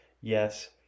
yes